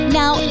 now